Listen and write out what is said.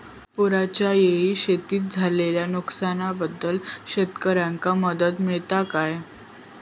पुराच्यायेळी शेतीत झालेल्या नुकसनाबद्दल शेतकऱ्यांका मदत मिळता काय?